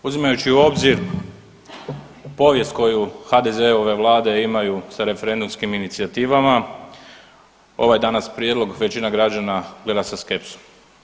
Uzimajući u obzir povijest koje HDZ-ove vlade imaju sa referendumskim inicijativama ovaj danas prijedlog većina građana gleda sa skepsom.